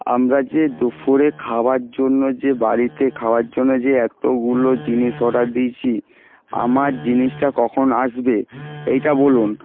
আমরা যে দুপুরে খাওয়ার জন্য যে বাড়িতে খাওয়ার জন্য যে এতোগুলো জিনিস অর্ডার দিয়েছি আমার জিনিসটা কখন আসবে এইটা বলুন